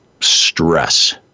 stress